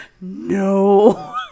No